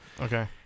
Okay